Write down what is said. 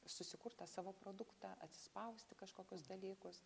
susikurt tą savo produktą atsispausti kažkokius dalykus